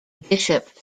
bishop